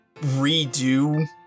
redo